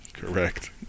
Correct